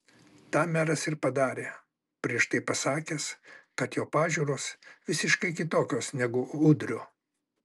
tą meras ir padarė prieš tai pasakęs kad jo pažiūros visiškai kitokios negu udrio